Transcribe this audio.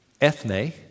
ethne